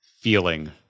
feeling